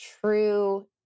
true